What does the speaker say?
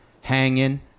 Hanging